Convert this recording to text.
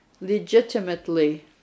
legitimately